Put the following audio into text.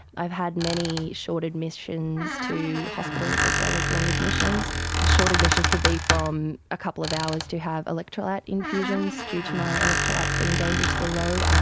i've had many short admissions to hospitals as well as long admissions. the short admissions could be from a couple of hours to have electrolyte infusions due to my electrolytes being dangerously low,